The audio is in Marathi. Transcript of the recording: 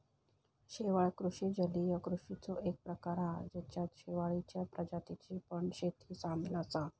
शेवाळ कृषि जलीय कृषिचो एक प्रकार हा जेच्यात शेवाळींच्या प्रजातींची पण शेती सामील असा